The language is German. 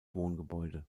wohngebäude